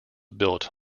built